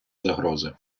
загрози